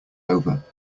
over